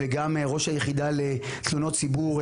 וגם ראש היחידה לתלונות הציבור,